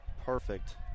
Perfect